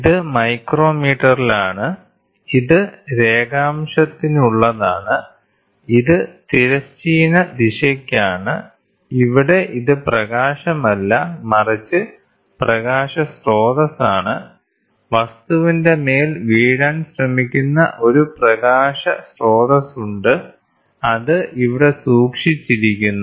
ഇത് മൈക്രോമീറ്ററിലാണ് ഇത് രേഖാംശത്തിനുള്ളതാണ് ഇത് തിരശ്ചീന ദിശയ്ക്കാണ് ഇവിടെ ഇത് പ്രകാശമല്ല മറിച്ച് പ്രകാശ സ്രോതസ്സാണ് വസ്തുവിന്റെ മേൽ വീഴാൻ ശ്രമിക്കുന്ന ഒരു പ്രകാശ സ്രോതസ്സുണ്ട് അത് ഇവിടെ സൂക്ഷിച്ചിരിക്കുന്നു